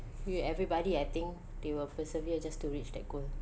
with everybody I think they will persevere just to reach that goal